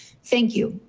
thank you.